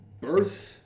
birth